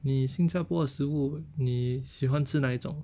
你新加坡的食物你喜欢吃哪一种